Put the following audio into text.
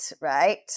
right